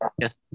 Yes